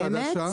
באמת?